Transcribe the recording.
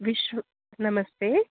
विष्णुः नमस्ते